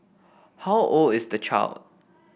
how old is the child